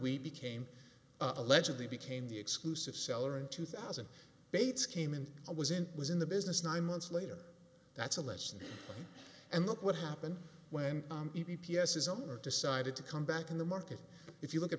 we became allegedly became the exclusive seller in two thousand bates came in i was in was in the business nine months later that's a lesson and look what happened when the p p s his owner decided to come back in the market if you look at